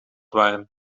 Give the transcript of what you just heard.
waren